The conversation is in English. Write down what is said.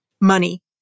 money